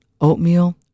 oatmeal